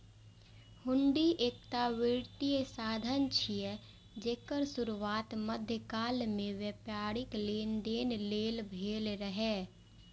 हुंडी एकटा वित्तीय साधन छियै, जेकर शुरुआत मध्यकाल मे व्यापारिक लेनदेन लेल भेल रहै